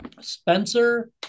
Spencer